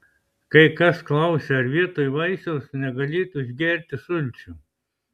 kai kas klausia ar vietoj vaisiaus negalėtų išgerti sulčių